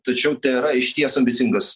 tačiau tai yra išties ambicingas